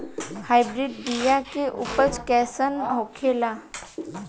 Hybrid बीया के उपज कैसन होखे ला?